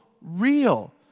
real